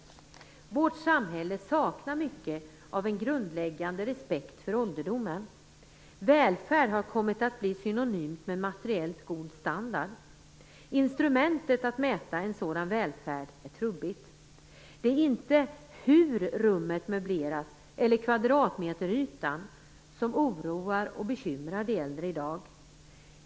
Vårt samhälle saknar mycket av en grundläggande respekt för ålderdomen. Välfärd har kommit att bli synonymt med materiellt god standard. Instrumentet att mäta en sådan välfärd är trubbigt. Det är inte hur rummet möbleras eller dess kvadratmeteryta som oroar och bekymrar de äldre i dag.